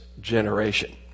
generation